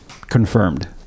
confirmed